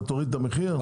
אתה תוריד את המחיר?